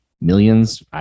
millions